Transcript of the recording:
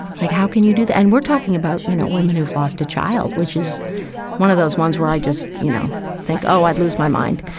like how can you do that? and we're talking about, you know, women who've lost a child, which is one of those ones where i just, you know, think, oh, i'd lose my mind.